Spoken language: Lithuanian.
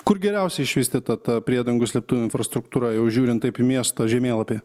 kur geriausia išvystyta ta priedangų slėptuvių infrastruktūra jau žiūrint taip į miesto žemėlapį